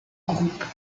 groupe